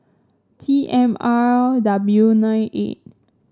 T M R W nine eight